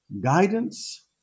Guidance